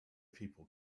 people